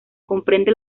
comprende